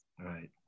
right